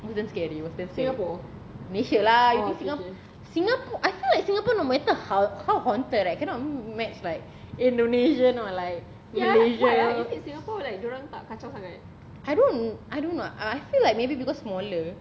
it was damn scary malaysia lah you singapore singapore I feel like singapore no matter how how haunted right cannot match like indonesian or like in malaysia I don't I don't know I feel like maybe because smaller